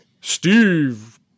Steve